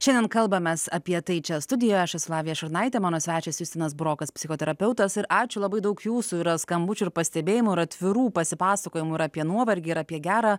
šiandien kalbamės apie tai čia studijoje aš esu lavija šurnaitė mano svečias justinas burokas psichoterapeutas ir ačiū labai daug jūsų yra skambučių ir pastebėjimų ir atvirų pasipasakojimų ir apie nuovargį ir apie gerą